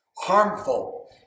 harmful